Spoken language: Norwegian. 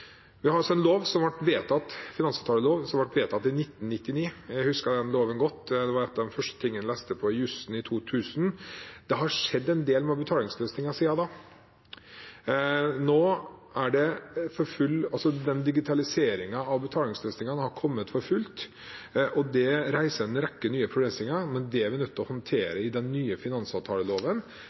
Vi har en lov, finansavtaleloven, som ble vedtatt i 1999. Jeg husker den loven godt. Det var noe av det første jeg leste om på jussen i år 2000. Det har skjedd en del med betalingsløsningene siden da. Nå har digitaliseringen av betalingsløsningene kommet for fullt, og det reiser en rekke nye problemstillinger. Det er vi nødt til å håndtere i den nye finansavtaleloven.